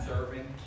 Serving